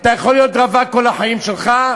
אתה יכול להיות רווק כל החיים שלך,